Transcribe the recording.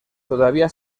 todavía